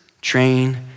train